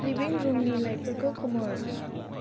लिभिं room नि लाइटफोरखौ खोमोर